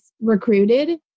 recruited